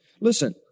Listen